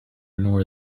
nor